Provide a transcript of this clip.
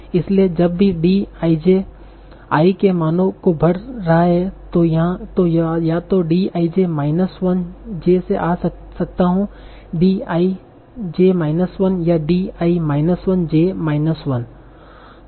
इसलिए जब भी D i j i के मानो को भर रहा है मैं या तो D i j minus 1 j से आ सकता हूं D i j माइनस 1 या D i minus 1 j minus 1